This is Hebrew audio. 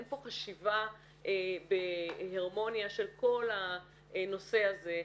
אין פה חשיבה בהרמוניה של כל הנושא הזה.